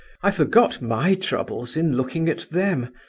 i forgot my troubles in looking at them.